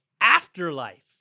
Afterlife